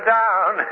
down